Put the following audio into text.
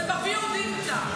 זה ב-VOD נמצא.